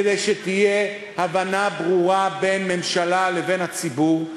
כדי שתהיה הבנה ברורה בין הממשלה לבין הציבור,